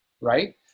right